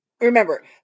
remember